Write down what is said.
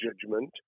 judgment